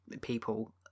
people